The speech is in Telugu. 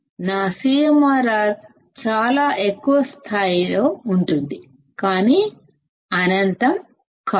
నా CMRRచాలా ఎక్కువగా ఉంటుంది కానీ అనంతం కాదు